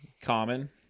common